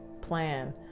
plan